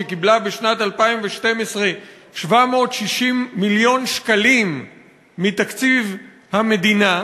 שקיבלה בשנת 2012 760 מיליון שקלים מתקציב המדינה,